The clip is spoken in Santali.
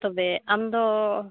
ᱛᱚᱵᱮ ᱟᱢᱫᱚ